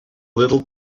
little